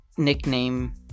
nickname